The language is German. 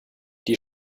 die